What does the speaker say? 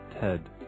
Ted